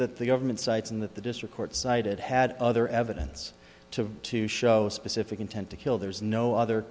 that the government sites in that the district court cited had other evidence to to show a specific intent to kill there's no other